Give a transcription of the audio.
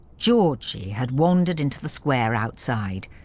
georgie had wandered into the square outside,